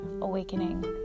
awakening